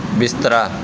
ਬਿਸਤਰਾ